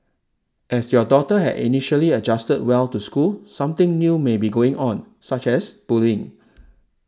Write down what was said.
as your daughter had initially adjusted well to school something new may be going on such as bullying